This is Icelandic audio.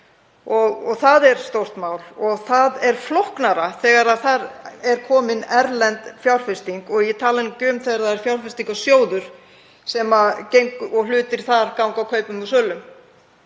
og það er stórt mál og það er flóknara þegar þar er komin erlend fjárfesting, ég tala nú ekki um þegar það er fjárfestingarsjóður og hlutir þar ganga kaupum og sölum.